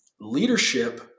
leadership